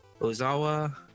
Ozawa